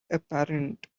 apparent